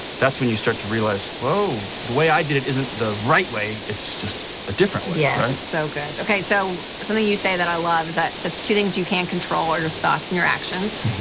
that's when you start to realize, whoa, the way i did it isn't the right way, it's just a different way. yes. so good. okay, so something and you say that i love is that the two things you can control are your thoughts and your actions.